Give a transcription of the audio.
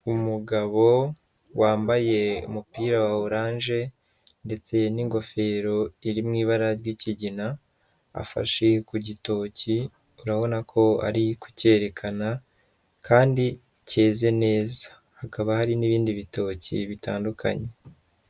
Umugabo wambaye umupira wa oranje, ndetse n'ingofero iri mu ibara ry'ikigina afashe ku gitoki urabona ko ari kucyerekana kandi cyeze neza, hakaba hari n'ibindi bitoki bitandukanye.